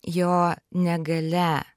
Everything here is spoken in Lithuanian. jo negalia